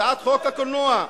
רצחתם אנשים.